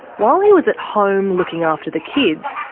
while he was at home, looking after the kids,